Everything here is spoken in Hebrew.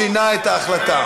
שינה את ההחלטה.